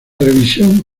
revisión